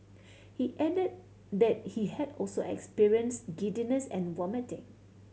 he added that he had also experienced giddiness and vomiting